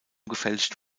gefälscht